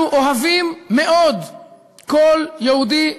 אנחנו אוהבים מאוד כל יהודי ויהודי.